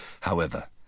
However